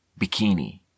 bikini